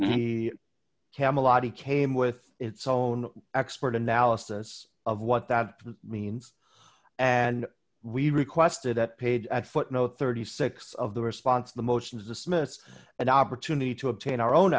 camelot he came with its own expert analysis of what that means and we requested that page at footnote thirty six dollars of the response the motion to dismiss an opportunity to obtain our own